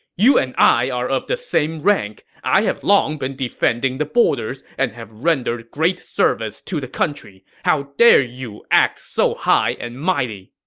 you and i are of the same rank. i have long been defending the borders and have rendered great service to the country. how dare you act so high and mighty!